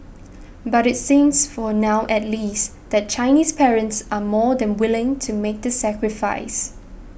but it seems for now at least that Chinese parents are more than willing to make the sacrifice